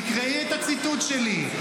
תקראי הציטוט שלי.